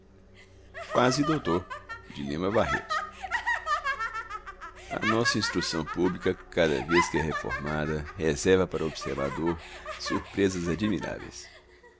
doutor a nossa instrução pública cada vez que é reformada reserva para o observador surpresas admiráveis